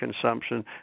consumption